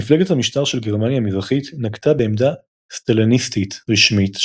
מפלגת המשטר של גרמניה המזרחית נקטה בעמדה סטליניסטית רשמית,